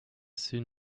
ses